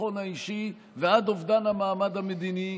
הביטחון האישי ועד אובדן המעמד המדיני